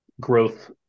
growth